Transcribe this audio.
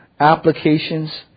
applications